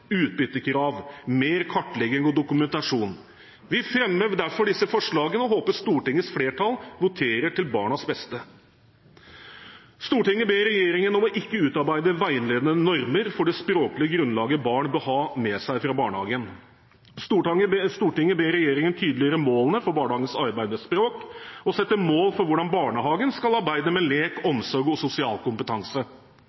utbyttekrav, mer kartlegging og dokumentasjon. Vi fremmer derfor disse forslagene, og håper Stortingets flertall voterer til barnas beste: «Stortinget ber regjeringen om ikke å utarbeide veiledende normer for det språklige grunnlaget barn bør ha med seg fra barnehagen.» «Stortinget ber regjeringen tydeliggjøre målene for barnehagens arbeid med språk og sette mål for hvordan barnehagen skal arbeide med lek,